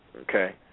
Okay